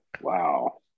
Wow